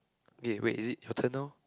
eh wait is it your turn now